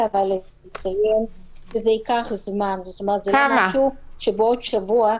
-- זה לא משהו שבעוד שבוע,